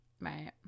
right